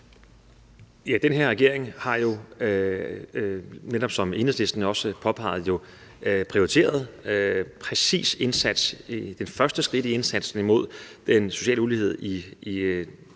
Den her regering har jo, netop som Enhedslisten også påpegede, taget det første skridt i indsatsen mod den sociale ulighed i